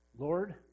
Lord